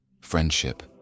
friendship